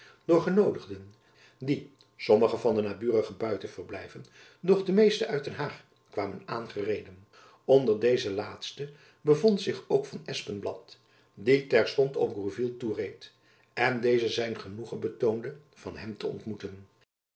door genoodigden die sommige van de naburige buitenverblijven doch de meeste uit den haag kwamen aangereden onder deze laatste bevond zich ook van espenblad die terstond op gourville toereed en dezen zijn genoegen betoonde van hem te ontmoeten